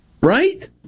Right